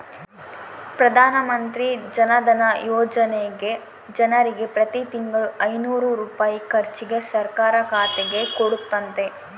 ಪ್ರಧಾನಮಂತ್ರಿ ಜನಧನ ಯೋಜನೆಗ ಜನರಿಗೆ ಪ್ರತಿ ತಿಂಗಳು ಐನೂರು ರೂಪಾಯಿ ಖರ್ಚಿಗೆ ಸರ್ಕಾರ ಖಾತೆಗೆ ಕೊಡುತ್ತತೆ